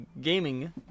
Gaming